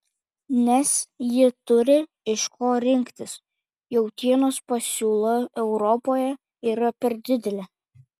nes ji turi iš ko rinktis jautienos pasiūla europoje yra per didelė